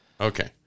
Okay